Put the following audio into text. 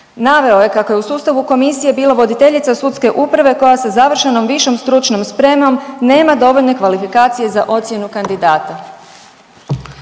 Naveo je kako je u sustavu komisije bila voditeljica sudske uprave koja sa završenom višom stručnom spremom nema dovoljne kvalifikacije za ocjenu kandidata.